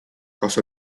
kas